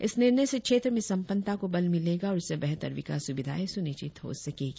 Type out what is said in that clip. इस निर्णय से क्षेत्र में संपन्नता को बल मिलेगा और इससे बेहतर विकास सुविधाएं सुनिश्चित हो सकेंगी